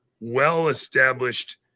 well-established